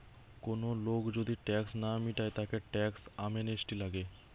কোন লোক যদি ট্যাক্স না মিটায় তাকে ট্যাক্স অ্যামনেস্টি লাগে